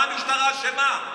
מה המשטרה אשמה?